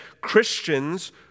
Christians